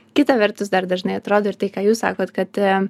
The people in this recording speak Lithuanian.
kita vertus dar dažnai atrodo ir tai ką jūs sakot kad